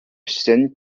saint